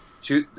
two